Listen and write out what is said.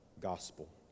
gospel